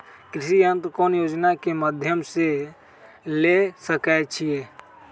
कृषि यंत्र कौन योजना के माध्यम से ले सकैछिए?